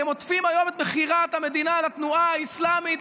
אתם עוטפים היום את מכירת המדינה לתנועה האסלאמית,